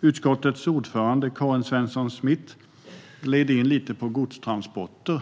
Utskottets ordförande Karin Svensson Smith gled under sitt anförande in lite på godstransporter.